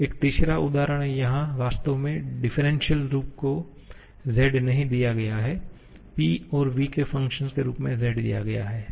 एक तीसरा उदाहरण यहाँ वास्तव में डिफ्रेंशिअल रूप को z नहीं दिया गया है P और v के फंक्शन के रूप में z दिया गया है